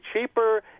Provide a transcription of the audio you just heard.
cheaper